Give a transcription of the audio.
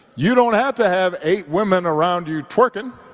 you don't have to have eight women around you twerking